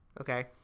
okay